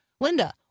Linda